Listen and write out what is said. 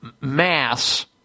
mass